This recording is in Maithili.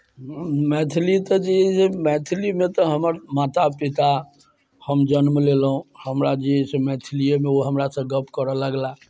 मैथिली तऽ जे अइ मैथिलीमे तऽ हमर माता पिता हम जन्म लेलहुँ हमरा जे अइ से मैथलिएमे ओ हमरासँ गप्प करय लगलाह